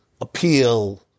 appeal